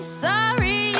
sorry